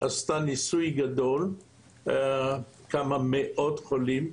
עשתה ניסוי גדול עם כמה מאות חולים,